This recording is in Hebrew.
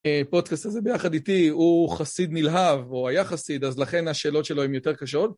פודקאסט הזה ביחד איתי הוא חסיד נלהב, או היה חסיד, אז לכן השאלות שלו הן יותר קשות.